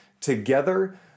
together